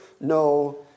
no